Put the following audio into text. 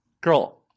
girl